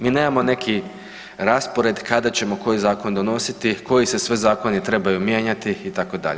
Mi nemamo neki raspored kada ćemo koji zakon donositi, koji se sve zakoni trebaju mijenjati, itd.